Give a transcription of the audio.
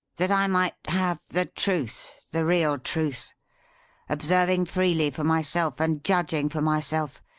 that i might have the truth, the real truth observing freely for myself, and judging for myself,